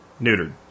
neutered